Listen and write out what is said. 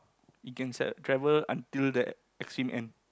it can travel until the extreme end